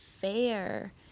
fair